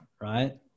right